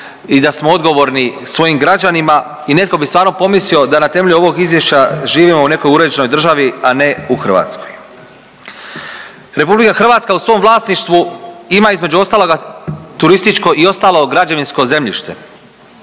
i da smo odgovorni svojim građanima i netko bi stvarno pomislio da na temelju ovog izvješća živimo u nekoj uređenoj državi, a ne u Hrvatskoj. RH u svom vlasništvu ima između ostalog turističko i ostalo građevinsko zemljište